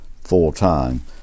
full-time